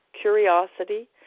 curiosity